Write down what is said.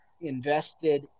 invested